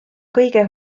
kõige